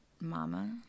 mama